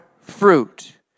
fruit